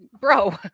Bro